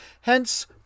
Hence